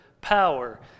power